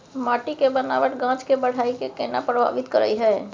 माटी के बनावट गाछ के बाइढ़ के केना प्रभावित करय हय?